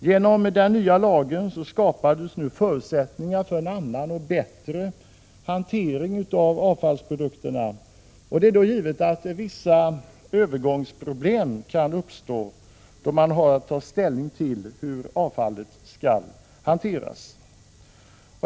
Genom den nya lagen skapades förutsättningar för en annan och bättre hantering av avfallsprodukterna. Det är givet att vissa övergångsproblem kan uppstå, då man har att ta ställning till hur avfallet skall hanteras.